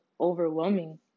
overwhelming